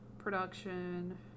production